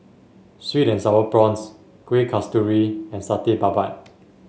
sweet and sour prawns Kueh Kasturi and Satay Babat